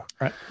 Right